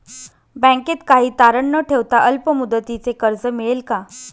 बँकेत काही तारण न ठेवता अल्प मुदतीचे कर्ज मिळेल का?